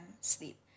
sleep